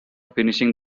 finishing